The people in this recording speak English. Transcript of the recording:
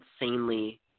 insanely